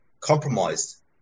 compromised